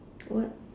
what